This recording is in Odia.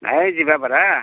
ଏଇ ଯିବା ପରା